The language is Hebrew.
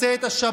רוצה את השבת,